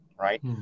Right